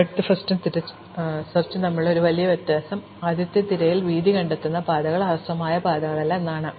അതിനാൽ depth first തിരയലും വീതി ആദ്യ തിരയലും തമ്മിലുള്ള ഒരു വലിയ വ്യത്യാസം ആദ്യത്തെ തിരയൽ വീതി കണ്ടെത്തുന്ന പാതകൾ ഹ്രസ്വമായ പാതകളല്ല എന്നതാണ്